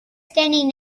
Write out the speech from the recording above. standing